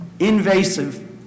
Invasive